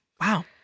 wow